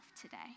today